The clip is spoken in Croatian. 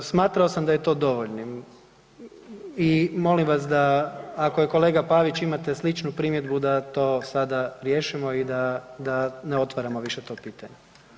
Smatrao sam da je to dovoljnim i molim vas da, ako je kolega Pavić imate sličnu primjedbu da to sada riješimo i da ne otvaramo više to pitanje.